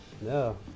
No